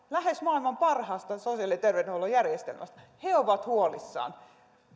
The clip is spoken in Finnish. lähes maailman parhaasta sosiaali ja terveydenhuollon järjestelmästä he ovat huolissaan